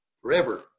forever